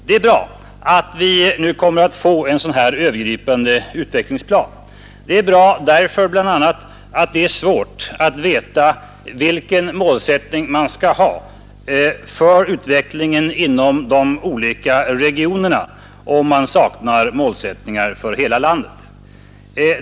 Det är bra att vi nu kommer att få en övergripande utvecklingsplan. Det är bra bl.a. därför att det är svårt att veta vilken målsättning man skall ha för utvecklingen inom de olika regionerna, om man saknar målsättning för hela landet.